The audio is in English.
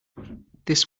this